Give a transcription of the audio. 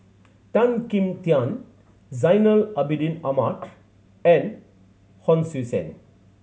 Tan Kim Tian Zainal Abidin Ahmad and Hon Sui Sen